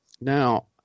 Now